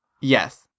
Yes